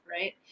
right